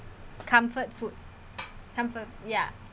comfort food comfort ya